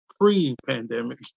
pre-pandemic